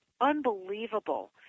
unbelievable